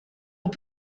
aux